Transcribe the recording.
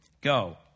Go